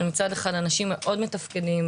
שמצד אחד אנשים מאוד מתפקדים,